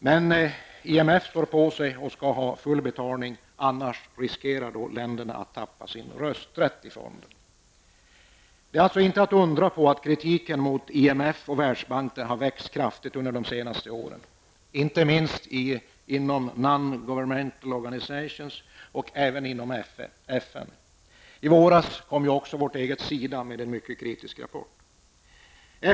Men IMF står på sig och skall ha full betalning, annars riskerar dessa länder att tappa sin rösträtt i fonden. Det är inte att undra på att kritiken mot IMF och Världsbanken har växt kraftigt de senaste åren, inte minst inom non-governmental organizations och nu även inom FN. I våras kom ju också vårt eget SIDA med en mycket kritisk rapport.